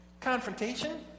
Confrontation